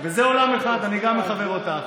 וזה עולם אחד, אני גם מחבב אותך.